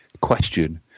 Question